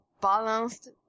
balanced